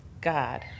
God